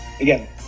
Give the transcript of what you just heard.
again